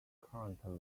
currently